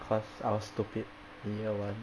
cause I was stupid in year one